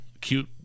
cute